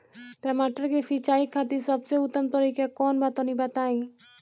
टमाटर के सिंचाई खातिर सबसे उत्तम तरीका कौंन बा तनि बताई?